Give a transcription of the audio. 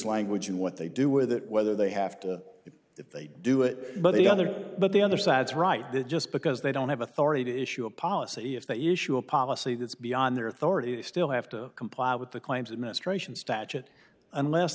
language and what they do with it whether they have to it if they do it but the other but the other side's right that just because they don't have authority to issue a policy if they issue a policy that's beyond their authority still have to comply with the claims